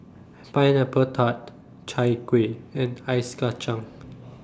Pineapple Tart Chai Kueh and Ice Kacang